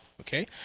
Okay